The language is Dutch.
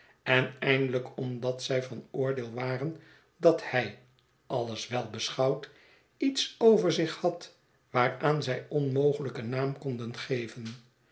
en eindelijk omdat zij van oordeel waren dat hij alles wel beschouwd iets over zich had waaraan zij onmogelijk een naam